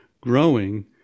growing